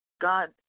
God